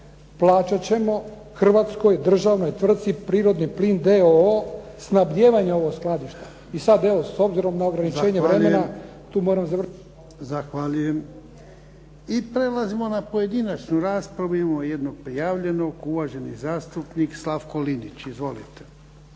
plaćat ćemo hrvatskoj državnoj tvrtci Prirodni plin d.o.o. snabdijevanje ovog skladišta. I sad evo s obzirom na ograničenje vremena tu moram završiti. **Jarnjak, Ivan (HDZ)** I prelazimo na pojedinačnu raspravu. Imamo jednog prijavljenog. Uvaženi zastupnik Slavko Linić. Izvolite.